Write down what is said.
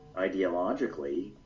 ideologically